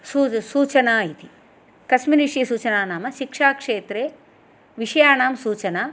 शूद् सूचना इति कस्मिन् विषये सूचना नाम शिक्षाक्षेत्रे विषयानां सूचना